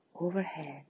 overhead